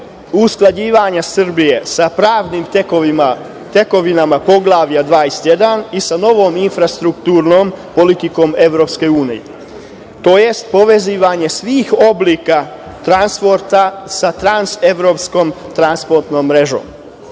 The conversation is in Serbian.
usklađivanja Srbije sa pravnim tekovinama poglavlja 21. i sa novom infrastrukturom, politikom EU, tj. povezivanje svih oblika transporta sa transevropskom transportnom mrežom.